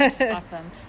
awesome